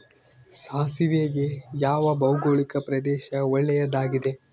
ಸಾಸಿವೆಗೆ ಯಾವ ಭೌಗೋಳಿಕ ಪ್ರದೇಶ ಒಳ್ಳೆಯದಾಗಿದೆ?